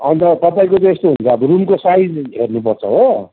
अन्त तपाईँको चाहिँ यस्तो हुन्छ अब रुमको साइज हेर्नुपर्छ हो